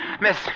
Miss